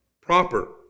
proper